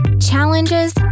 challenges